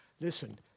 listen